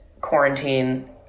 quarantine